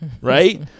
Right